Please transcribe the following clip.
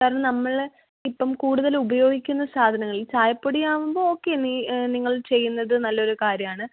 കാരണം നമ്മൾ ഇപ്പം കൂടുതൽ ഉപയോഗിക്കുന്ന സാധനങ്ങളിൽ ഈ ചായപ്പൊടിയാകുമ്പോൾ ഓക്കെ നീ നിങ്ങൾ ചെയ്യുന്നത് നല്ലൊരു കാര്യമാണ്